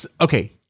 Okay